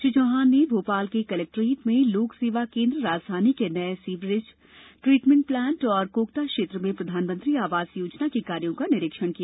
श्री चौहान ने भोपाल के कलेक्ट्रेट में लोक सेवा केन्द्र राजधानी के नए सीवेज ट्रीटमेंट प्लांट और कोकता क्षेत्र में प्रधानमंत्री आवास योजना के कायों का निरीक्षण किया